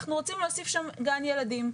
אנחנו רוצים להוסיף שם גן ילדים.